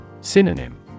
Synonym